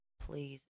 Please